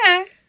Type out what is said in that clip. Okay